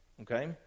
okay